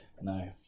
No